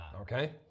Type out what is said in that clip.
okay